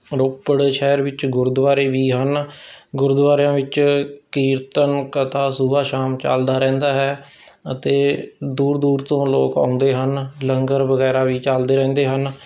ਰੋਪੜ ਸ਼ਹਿਰ ਵਿੱਚ ਗੁਰਦੁਆਰੇ ਵੀ ਹਨ ਗੁਰਦੁਆਰਿਆਂ ਵਿੱਚ ਕੀਰਤਨ ਕਥਾ ਸੁਬਾਹ ਸ਼ਾਮ ਚੱਲਦਾ ਰਹਿੰਦਾ ਹੈ ਅਤੇ ਦੂਰ ਦੂਰ ਤੋਂ ਲੋਕ ਆਉਂਦੇ ਹਨ ਲੰਗਰ ਵਗੈਰਾ ਵੀ ਚਲਦੇ ਰਹਿੰਦੇ ਹਨ